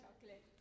chocolate